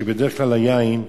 כי בדרך כלל היין,